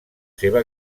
seva